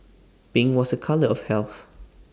pink was A colour of health